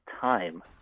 time